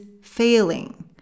failing